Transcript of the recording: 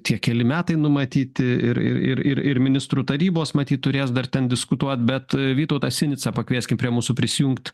tie keli metai numatyti ir ir ir ir ir ministrų tarybos matyt turės dar ten diskutuot bet vytautas sinica pakvieskim prie mūsų prisijungt